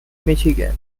michigan